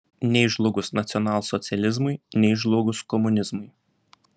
nei žlugus nacionalsocializmui nei žlugus komunizmui